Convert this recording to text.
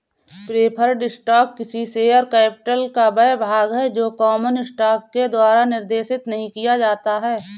preferred stock किसी share capital का वह भाग है जो कॉमन स्टॉक के द्वारा निर्देशित नहीं किया जाता है